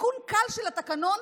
בתיקון קל של התקנון,